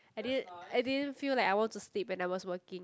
I didn't I didn't feel like I want to sleep when I was working